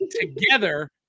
together